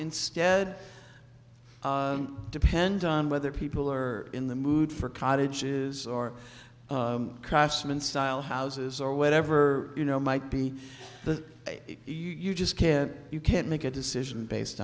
instead depend on whether people are in the mood for cottages or craftsman style houses or whatever you know might be the you just can't you can't make a decision based